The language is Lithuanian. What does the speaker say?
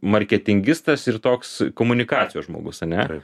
marketingistas ir toks komunikacijos žmogus ane